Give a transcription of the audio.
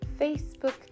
Facebook